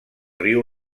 riu